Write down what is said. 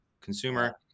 consumer